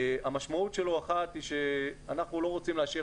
המשמעות האחת שלו היא שאנחנו לא רוצים להשאיר